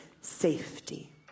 safety